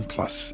Plus